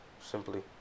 Simply